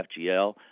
FGL